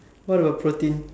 what a poor thing